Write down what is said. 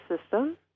system